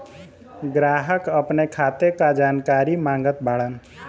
ग्राहक अपने खाते का जानकारी मागत बाणन?